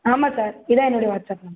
ஆமாம் சார் இதுதான் என்னுடைய வாட்ஸ்அப் நம்பர்